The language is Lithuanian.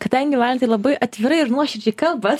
kadangi valentai labai atvirai ir nuoširdžiai kalbat